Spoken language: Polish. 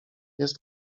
jest